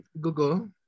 Google